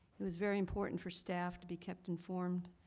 it was very important for staff to be kept informed.